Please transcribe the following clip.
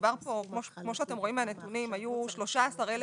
כמו שאתם רואים מהנתונים היו 13,000